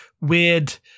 weird